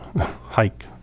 hike